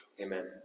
Amen